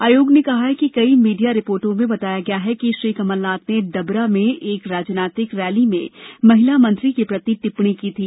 आयोग ने कहा है कि कई मीडिया रिर्पोटों में बताया गया है कि श्री कमलनाथ ने डबरा में एक राजनीतिक रैली में महिला मंत्री के प्रति टिप्पणी की थी